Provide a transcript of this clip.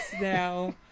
now